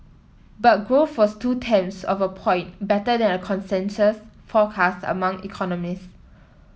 but growth was two tenths of a point better than a consensus forecast among economists